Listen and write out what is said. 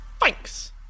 Thanks